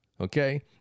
okay